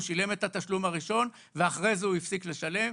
הוא שילם את התשלום הראשון ואחרי זה הוא הפסיק לשלם.